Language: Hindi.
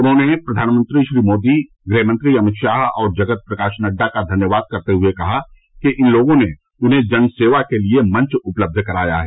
उन्होंने प्रधानमंत्री श्री मोदी गृहमंत्री अमित शाह और जगत प्रकाश नड्डा का धन्यवाद करते हुए कहा कि इन लोगों ने उन्हें जनसेवा के लिए मंच उपलब्ध कराया है